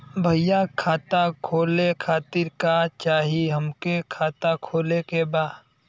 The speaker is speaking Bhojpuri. भईया खाता खोले खातिर का चाही हमके खाता खोले के बा?